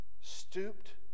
stooped